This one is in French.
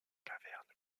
cavernes